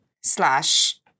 slash